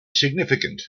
significant